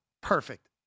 perfect